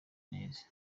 neza